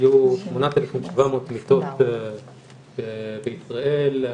היו 8,700 מיטות בישראל.